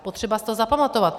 Potřeba si to zapamatovat.